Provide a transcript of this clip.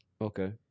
Okay